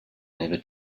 never